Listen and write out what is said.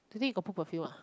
today you got put perfume ah